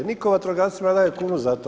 Niko vatrogascima ne daje kunu za to.